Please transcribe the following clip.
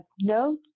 no